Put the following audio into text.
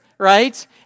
right